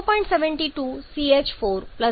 72 CH4 0